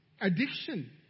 Addiction